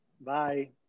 Bye